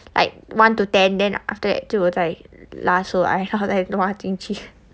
like one to ten then after that 就再挖出来然后再挖进去